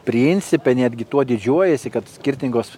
principe netgi tuo didžiuojasi kad skirtingos